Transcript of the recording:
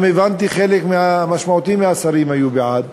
גם, הבנתי, חלק משמעותי מהשרים היו בעד.